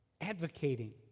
advocating